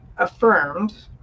affirmed